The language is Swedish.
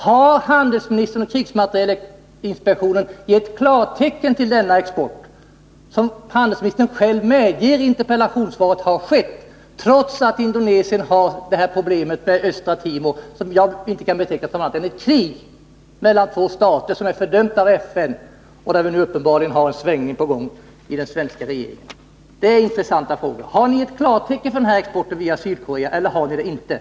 Har handelsministern och krigsmaterielinspektionen givit klartecken till denna export? Handelsministern medger själv i interpellationssvaret att sådan export har skett, trots att Indonesien har problemet med Östra Timor. Jag kan inte beteckna detta som annat än ett krig mellan två stater, ett krig som har fördömts av FN. Här är uppenbarligen en svängning inom den svenska regeringen på gång. En intressant fråga är: Har ni gett klartecken för denna export via Sydkorea eller har ni inte gjort det?